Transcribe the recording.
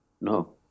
No